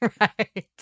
Right